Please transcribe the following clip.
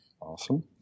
Awesome